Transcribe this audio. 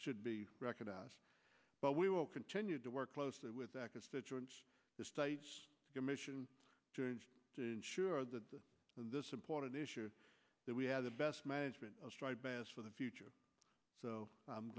should be recognized but we will continue to work closely with that constituents the state's commission to ensure that this important issue that we have the best management of striped bass for the future so i'm